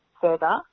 further